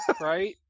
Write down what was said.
Right